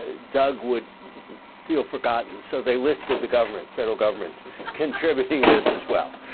ah doug would feel forgotten, so they listed the government, federal government contributing this as well.